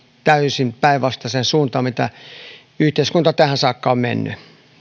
täysin päinvastaiseen suuntaan kuin yhteiskunta tähän saakka on mennyt